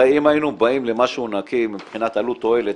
הרי אם היינו באים למשהו נקי מבחינת עלות-תועלת,